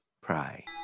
pray